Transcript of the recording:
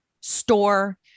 store